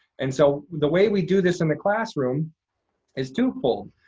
and so the way we do this in the classroom is twofold.